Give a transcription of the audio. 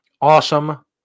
awesome